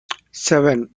seven